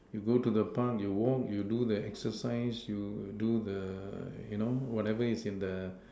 you go to the Park you walk you do the exercise you do the you know whatever's in the